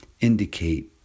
indicate